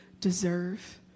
deserve